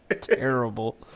Terrible